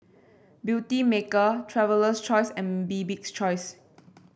Beautymaker Traveler's Choice and Bibik's Choice